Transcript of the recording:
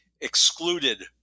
excluded